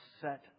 set